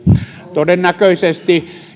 todennäköisesti